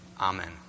Amen